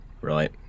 Right